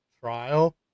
trial